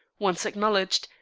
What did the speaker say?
once acknowledged,